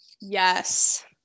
Yes